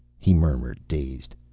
he murmured, dazed.